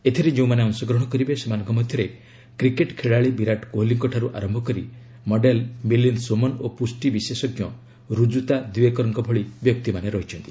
ଏଥିରେ ଯେଉଁମାନେ ଅଂଶଗ୍ରହଣ କରିବେ ସେମାନଙ୍କ ମଧ୍ୟରେ କ୍ରିକେଟ୍ ଖେଳାଳି ବିରାଟ୍ କୋହଲିଙ୍କଠାରୁ ଆରମ୍ଭ କରି ମଡେଲ୍ ମିଲିନ୍ଦ୍ ସୋମନ ଓ ପୁଷ୍ଟି ବିଶେଷଜ୍ଞ ରୁଜୁତା ଦିୱ୍ୱେକର୍ଙ୍କ ଭଳି ବ୍ୟକ୍ତିମାନେ ଅଛନ୍ତି